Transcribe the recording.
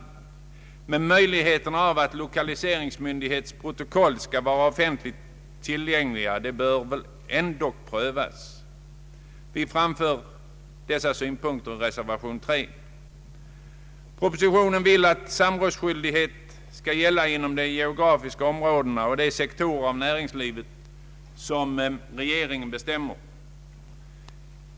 Men man bör ändå pröva möjligheterna att låta lokaliseringsmyndighetens protokoll bli offentligt tillgängliga. Vi framför dessa synpunkter i reservation nr 3. I propositionen betonas önskvärdheten av att samrådsskyldighet skall gälla inom de geografiska områden och de sektorer av näringslivet som regeringen bestämmer.